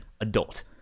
adult